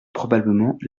probablement